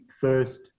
first